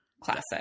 Classic